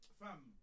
fam